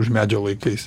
už medžio laikaisi